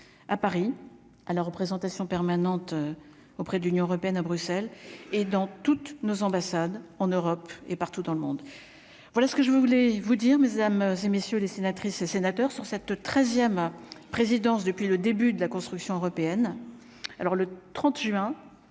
à Paris à la représentation permanente auprès de l'Union européenne à Bruxelles et dans toutes nos ambassades en Europe et partout dans le monde, voilà ce que je voulais vous dire mesdames et messieurs les sénatrices et sénateurs sur cette 13ème présidence depuis le début de la construction européenne, alors, le 30 juin